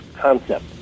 concept